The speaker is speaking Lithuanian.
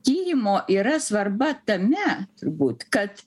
tyrimo yra svarba tame turbūt kad